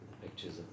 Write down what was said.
pictures